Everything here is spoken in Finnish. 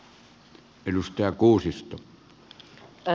arvoisa puhemies